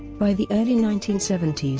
by the early nineteen seventy s,